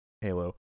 Halo